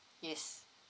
yes